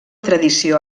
tradició